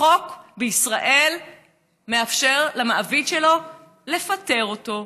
החוק בישראל מאפשר למעביד שלו לפטר אותו.